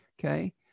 Okay